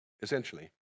essentially